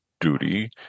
duty